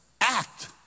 act